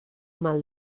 mal